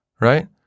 right